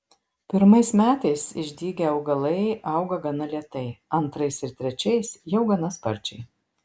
pirmais metais išdygę augalai auga gana lėtai antrais ir trečiais jau gana sparčiai